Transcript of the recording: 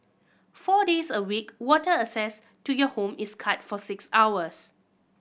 four days a week water access to your home is cut for six hours